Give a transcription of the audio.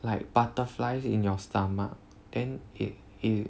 like butterflies in your stomach then it it